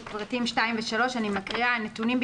אני מקריאה את פריטים (2) ו-(3).